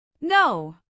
No